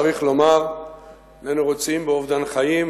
צריך לומר; איננו רוצים באובדן חיים,